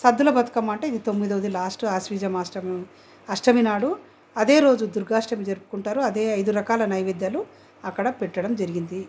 సద్దుల బతుకమ్మ అంటే ఇది తొమ్మిదోది లాస్ట్ అశ్వేయుజ మాసము అష్టమి నాడు అదే రోజు దుర్గాష్టమి జరుపుకుంటారు అదే ఐదు రకాల నైవేద్యాలు అక్కడ పెట్టడం జరిగింది